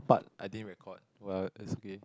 but I didn't record well it's okay